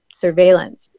surveillance